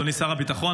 אדוני שר הביטחון,